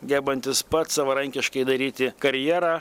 gebantis pats savarankiškai daryti karjerą